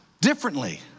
differently